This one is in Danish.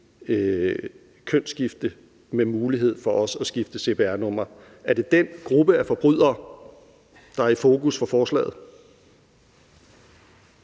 kønsskifte med mulighed for også at skifte cpr-nummer. Er det den gruppe af forbrydere, der er i fokus for forslaget?